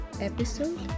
episode